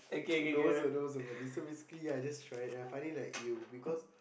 that was a that was a so funny so basically yeah I just tried it and I find it like you because